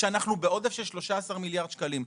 שאנחנו בעודף של 13 מיליארדים שקלים.